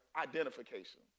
identification